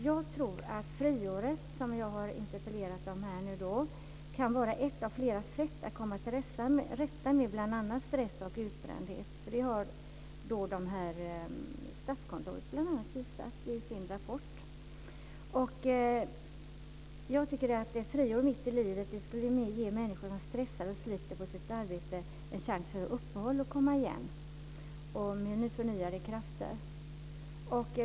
Jag tror att det friår som jag nu har interpellerat om kan vara ett av flera sätt att komma till rätta med bl.a. stress och utbrändhet. Det har bl.a. Statskontoret visat i sin rapport. Ett friår mitt i livet skulle ge människor som stressar och sliter på sitt arbete en chans till uppehåll och att komma igen med förnyade krafter.